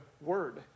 Word